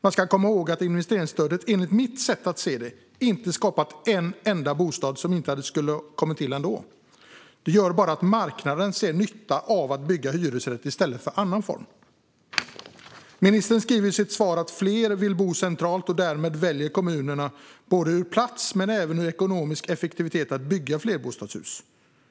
Man ska komma ihåg att investeringsstödet, enligt mitt sätt att se det, inte har skapat en enda bostad som inte skulle ha kommit till ändå. Det gör bara att marknaden ser nyttan av att bygga hyresrätter i stället för annan form. Ministern säger i sitt svar att fler vill bo centralt, och därmed väljer kommunerna på grund av både platsskäl och ekonomisk effektivitet att bygga flerbostadshus.